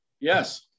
Yes